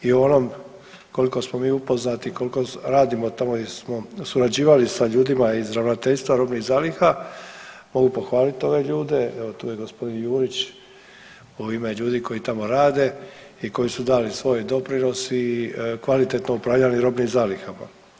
I u onom koliko smo mi upoznati, koliko radimo tamo jer smo surađivali sa ljudima iz Ravnateljstva robnih zaliha, mogu pohvalit ove ljude, evo tu je g. Jurić u ime ljudi koji tamo rade i koji su dali svoj doprinos i kvalitetno upravljali robnim zalihama.